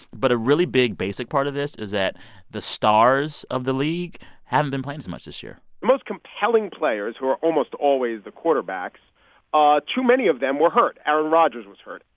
but a really big, basic part of this is that the stars of the league haven't been playing as much this year the most compelling players, who are almost always the quarterbacks ah too many of them were hurt. aaron rodgers was hurt.